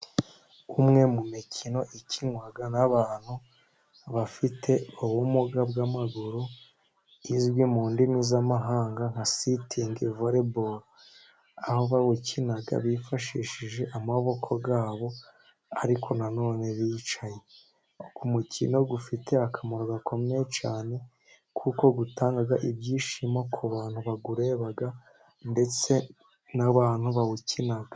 Umwe mu mikino ikinwa n'abantu bafite ubumuga bw'amaguru, izwi mu ndimi z'amahanga nka sitingi voreboro, aho bawukina bifashishije amaboko yabo ariko nanone bicaye, uyu mukino ufite akamaro gakomeye cyane, kuko utanga ibyishimo ku bantu bawureba ndetse n'abantu bawukina.